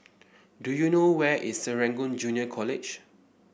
do you know where is Serangoon Junior College